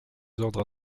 ordres